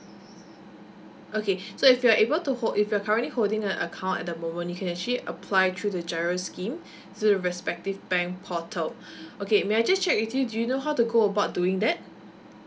okay so if you're able to hold if you're currently holding a account at the moment you can actually apply through the G_I_R_O scheme through the respective bank portal okay may I just check with you do you know how to go about doing that